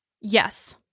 Yes